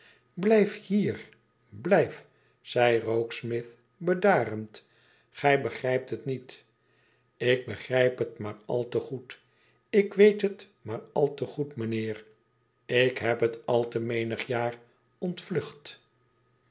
blijf hier blijf zei rokesmith bedarend gij begrijpt het niet bc begrijp het maar al te goed ik weet het maar al tegoed mijnheer ik heb het al te menig jaar ontvlucht